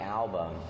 album